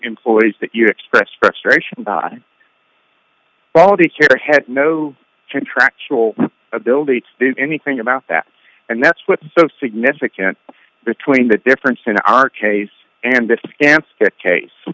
employees that you expressed frustration about faulty care had no contractual ability did anything about that and that's what's so significant between the difference in our case and